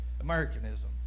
Americanism